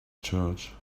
church